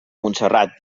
montserrat